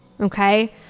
Okay